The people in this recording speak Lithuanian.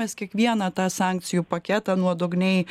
mes kiekvieną tą sankcijų paketą nuodugniai